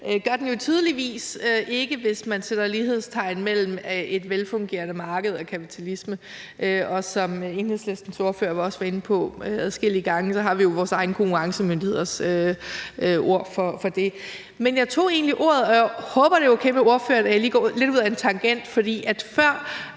gør den jo tydeligvis ikke, hvis man sætter lighedstegn mellem et velfungerende marked og kapitalisme. Som Enhedslistens ordfører også var inde på adskillige gange, har vi jo vores egne konkurrencemyndigheders ord for det. Men jeg tog egentlig ordet – jeg håber, det er ok med ordføreren, at jeg lige kører lidt ud ad en tangent – fordi ordføreren